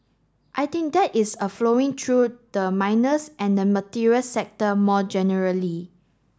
I think that is a flowing through the miners and the materials sector more generally